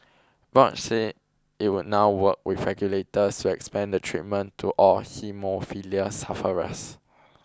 Roche said it would now work with regulators to expand the treatment to all haemophilia sufferers